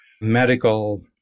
medical